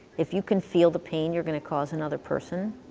if you can feel the pain you're gonna cause another person,